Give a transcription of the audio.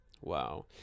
Wow